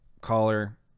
caller